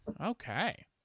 Okay